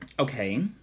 Okay